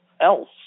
else